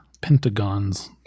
pentagons